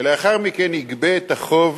ולאחר מכן יגבה את החוב